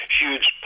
huge